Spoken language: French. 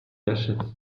achète